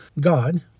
God